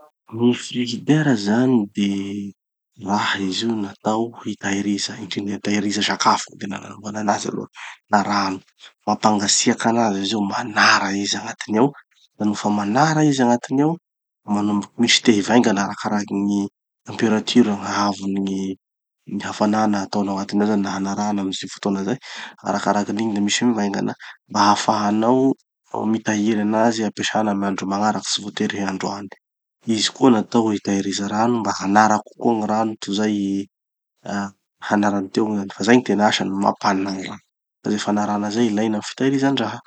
Gny frizidera zany de raha izy natao hitahiriza, indrindra hitahiriza sakafo gny tena nanaovanan'anazy aloha na rano. Mampangatsiaky anazy izy io, manara izy agnatiny ao. Da nofa manara izy agnatiny ao, manomboky misy te hivaingana arakaraky gny temperature gny haavon'ny gny gny hafanana ataonao agnatiny ao zany na hanarana amy ze fotoana zay, arakarakin'igny da misy mivaingana. Mba hahafahanao mitahiry anazy ampesana amy gn'andro magnaraky tsy voatery hoe androany. Izy koa natao hitahiriza rano mba hanara kokoa gny rano tozay ah hanarany teo igny zany, fa zay gny tena asany, mampanara. De ze fanarana zay ilana amy fitahirizan-draha.